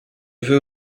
veux